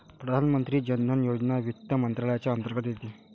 प्रधानमंत्री जन धन योजना वित्त मंत्रालयाच्या अंतर्गत येते